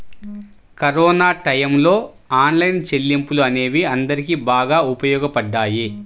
corona టైయ్యంలో online చెల్లింపులు అనేవి అందరికీ బాగా ఉపయోగపడ్డాయి